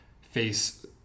face